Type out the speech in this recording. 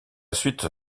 suite